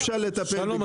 אפשר לטפל בכביש 40. שלום,